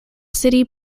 city